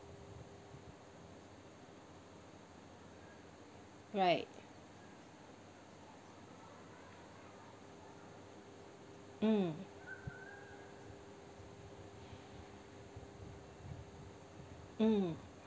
right mm mm